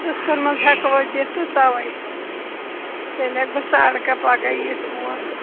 قٕسطن منٛز ہیکوا دِتھ تہٕ توَے تیٚلہِ ہیٚکہِ بہٕ ساڈٕ کاہ پگاہ یِتھ اور تہٕ